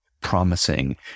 promising